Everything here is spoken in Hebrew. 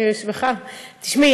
תשמע,